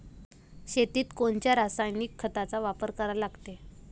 शेतीत कोनच्या रासायनिक खताचा वापर करा लागते?